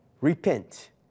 Repent